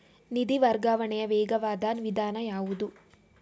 ನಿಧಿ ವರ್ಗಾವಣೆಯ ವೇಗವಾದ ವಿಧಾನ ಯಾವುದು?